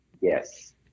Yes